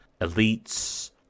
elites